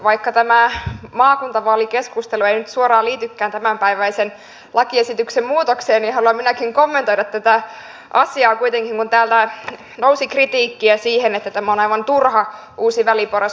vaikka tämä maakuntavaalikeskustelu ei nyt suoraan liitykään tämänpäiväisen lakiesityksen muutokseen niin haluan minäkin kommentoida tätä asiaa kuitenkin kun täältä nousi sitä kritiikkiä että tämä on aivan turha uusi väliporras